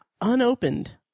unopened